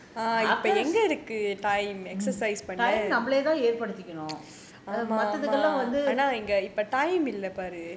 நம்மலே தான் ஏற்படுத்திக்கணும் மத்ததுக்கு எல்லாம் வந்து:nammalae thaan erpaduthikanum mathathuku ellaam vanthu